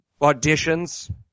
auditions